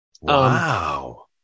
Wow